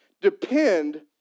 depend